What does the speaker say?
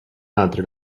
altri